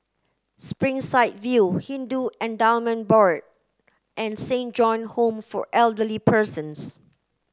Springside View Hindu Endowment Board and Saint John Home for Elderly Persons